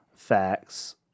facts